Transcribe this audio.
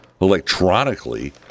electronically